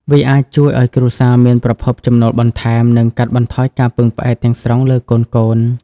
វាអាចជួយឱ្យគ្រួសារមានប្រភពចំណូលបន្ថែម និងកាត់បន្ថយការពឹងផ្អែកទាំងស្រុងលើកូនៗ។